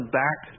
back